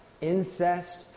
incest